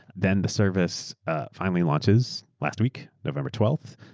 then the service finally launches last week november twelve,